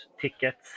tickets